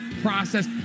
process